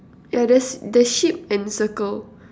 yeah there's the sheep and circle